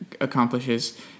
accomplishes